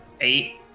eight